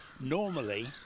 normally